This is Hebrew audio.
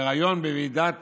בריאיון בוועידת